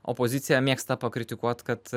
opozicija mėgsta pakritikuot kad